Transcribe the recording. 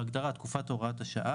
בהגדרה "תקופת הוראת השעה",